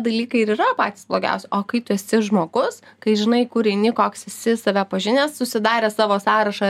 dalykai ir yra patys blogiausi o kai tu esi žmogus kai žinai kur eini koks esi save pažinęs susidaręs savo sąrašą